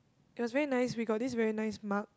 it was very nice we got this very nice mug